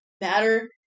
matter